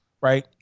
right